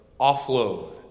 offload